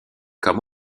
comme